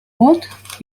płot